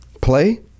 Play